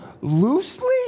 loosely